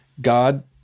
God